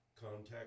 Contact